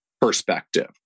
perspective